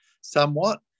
somewhat